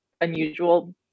unusual